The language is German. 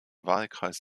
wahlkreis